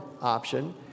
option